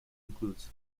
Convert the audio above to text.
includes